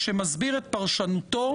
שמסביר את פרשנותו